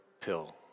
pill